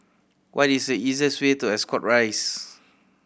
what is the easiest way to Ascot Rise